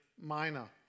Minor